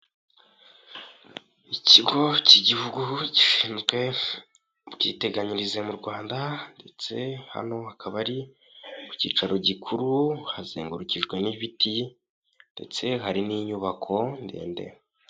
Ikigo cy'igihugu gishinzwe ubwiteganyirize mu Rwanda ndetse hano akaba ari ku cyicaro gikuru, hazengurukijwe n'ibiti ndetse hari n'inyubako ndende.